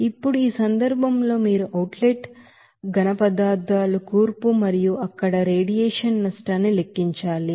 ఇప్పుడు ఈ సందర్భంలో మీరు అవుట్ లెట్ సాలిడ్ కంపోసిషన్ మరియు అక్కడ రేడియేషన్ నష్టాన్ని లెక్కించాలి